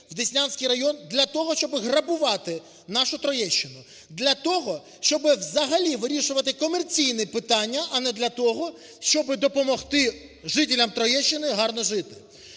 в Деснянський район для того, щоб грабувати нашу Троєщину. Для того, щоби взагалі вирішувати комерційні питання, а не для того, щоби допомогти жителям Троєщини гарно жити.